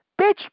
bitch